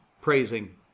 praising